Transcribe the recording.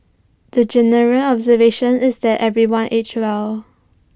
the general observation is that everyone aged well